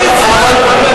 לא לי.